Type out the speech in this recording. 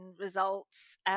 results